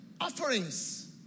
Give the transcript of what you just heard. offerings